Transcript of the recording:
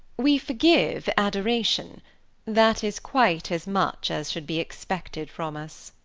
we forgive adoration that is quite as much as should be expected from us.